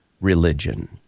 religion